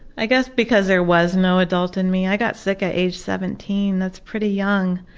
i guess because there was no adult in me. i got sick at age seventeen, that's pretty young,